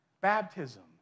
Baptism